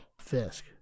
Fisk